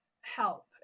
help